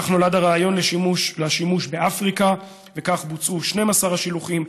כך נולד הרעיון לשימוש באפריקה וכך בוצעו 12 שילוחים,